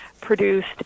produced